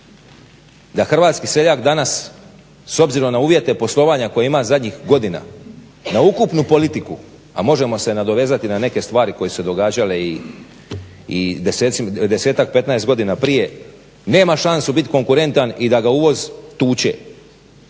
da hrvatski seljak danas s obzirom na uvjete poslovanja koje ima zadnjih godina, na ukupnu politiku a možemo se nadovezati na neke stvari koje su se događale i desetak, petnaest godina prije nema šanse biti konkurentan i da ga uvoz tuče.